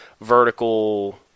vertical